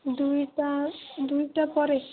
ଦୁଇଟା ଦୁଇଟା ପରେ